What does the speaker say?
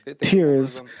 tears